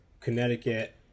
Connecticut